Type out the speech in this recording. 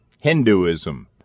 Hinduism